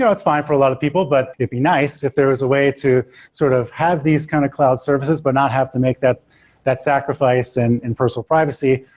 yeah it's fine for a lot of people, but it'd be nice if there is a way to sort of have these kind of cloud services, but not have to make that that sacrifice and and personal privacy,